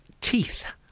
teeth